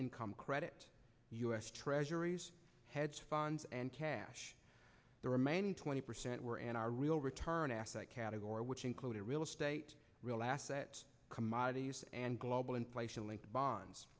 income credit u s treasuries hedge funds and cash the remaining twenty percent were and our real return asset category which included real estate real asset commodities and global inflation linked bonds